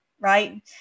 right